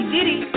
Diddy